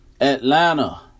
Atlanta